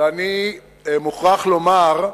ואני מוכרח לומר,